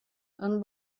and